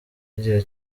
igihe